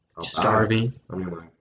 Starving